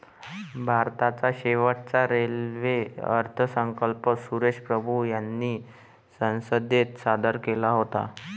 भारताचा शेवटचा रेल्वे अर्थसंकल्प सुरेश प्रभू यांनी संसदेत सादर केला होता